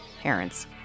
Parents